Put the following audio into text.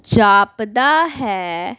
ਜਾਪਦਾ ਹੈ